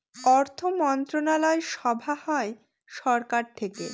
অর্থমন্ত্রণালয় সভা হয় সরকার থেকে